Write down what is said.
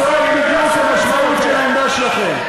זו בדיוק המשמעות של העמדה שלכם.